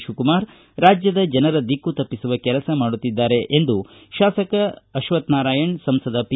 ಶಿವಕುಮಾರ ರಾಜ್ಯದ ಜನರ ದಿಕ್ಕು ತಪ್ಪಿಸುವ ಕೆಲಸ ಮಾಡುತ್ತಿದ್ದಾರೆ ಎಂದು ಶಾಸಕ ಅಶ್ವಕ್ಕನಾರಾಯನ ಸಂಸದ ಪಿ